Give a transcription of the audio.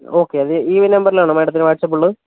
okay അത് ഈയൊരു നമ്പരില് ആണോ മാഡത്തിനു വാട്ട്സ്ആപ്പ് ഉള്ളത്